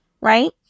right